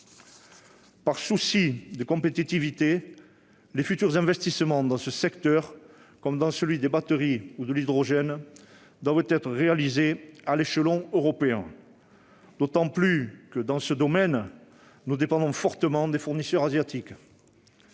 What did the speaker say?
Par souci de compétitivité, les futurs investissements dans ce secteur, comme dans celui des batteries ou de l'hydrogène, doivent être réalisés à l'échelon européen, d'autant que, dans ce domaine, nous dépendons fortement des fournisseurs asiatiques.